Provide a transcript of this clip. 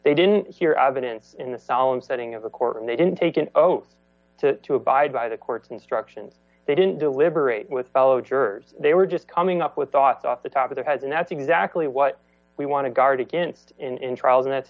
they didn't hear evidence in the solemn setting of a court and they didn't take an oath to abide by the court's instructions they didn't deliberate with fellow jurors they were just coming up with thoughts off the top of their has and that's exactly what we want to guard against in trials and that's